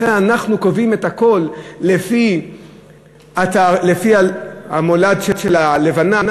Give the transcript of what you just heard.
לכן אנחנו קובעים את הכול לפי המולד של הלבנה,